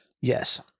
Yes